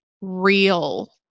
real